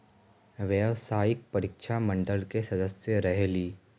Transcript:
व्यावसायिक परीक्षा मंडल के सदस्य रहे ली?